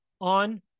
on